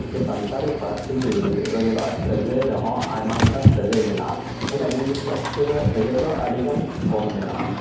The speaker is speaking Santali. ᱥᱮ ᱥᱟᱱᱛᱟᱲᱤ ᱯᱟᱹᱨᱥᱤ ᱨᱮ ᱧᱮᱞᱚᱜᱼᱟ ᱥᱟᱹᱜᱟᱹᱭ ᱨᱮᱦᱚᱸ ᱟᱭᱢᱟ ᱜᱚᱴᱟᱝ ᱥᱟᱹᱜᱟᱹᱭ ᱢᱮᱱᱟᱜᱼᱟ ᱢᱮᱱᱠᱷᱟᱱ ᱤᱝᱞᱤᱥ ᱥᱟᱞᱟᱜ ᱥᱟᱹᱜᱟᱹᱭ ᱫᱚ ᱟᱹᱰᱤᱜᱟᱱ ᱠᱚᱢ ᱢᱮᱱᱟᱜᱼᱟ